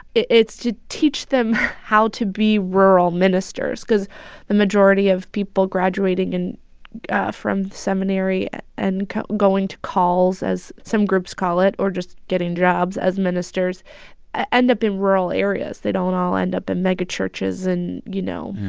it's to teach them how to be rural ministers cause the majority of people graduating and from seminary and going to calls, as some groups call it, or just getting jobs as ministers ah end up in rural areas. they don't all end up in megachurches in, you know,